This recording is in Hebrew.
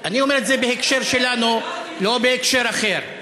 אני אומר את זה בהקשר שלנו, לא בהקשר אחר.